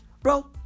bro